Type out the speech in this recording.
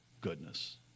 goodness